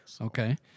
Okay